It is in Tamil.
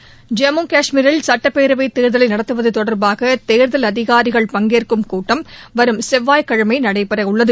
ஐம்மு கஷ்மீரில் சட்டப்பேரவைத் தேர்தலை நடத்துவது தொடர்பாக தேர்தல் அதிகாரிகள் பங்கேற்கும் கூட்டம் வரும் செவ்வாய்கிழமை நடைபெறவுள்ளது